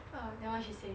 uh then what she say